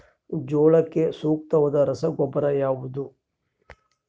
ಜೋಳಕ್ಕೆ ಸೂಕ್ತವಾದ ರಸಗೊಬ್ಬರ ಯಾವುದು?